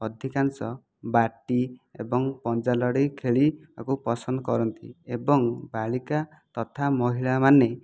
ଅଧିକାଂଶ ବାଟି ଏବଂ ପଞ୍ଝା ଲଢ଼େଇ ଖେଳିବାକୁ ପସନ୍ଦ କରନ୍ତି ଏବଂ ବାଳିକା ତଥା ମହିଳାମାନେ